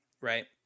right